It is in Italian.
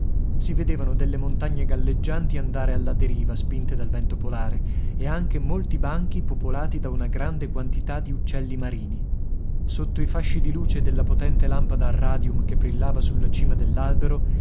si vedevano delle montagne galleggianti andare alla deriva spinte dal vento polare e anche molti banchi popolati da una grande quantità di uccelli marini sotto i fasci di luce della potente lampada a radium che brillava sulla cima